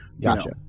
Gotcha